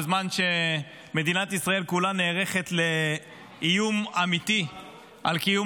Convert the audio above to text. בזמן שמדינת ישראל כולה נערכת לאיום אמיתי על קיום